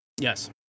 yes